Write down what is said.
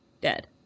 dead